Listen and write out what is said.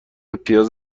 پیاز